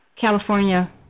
California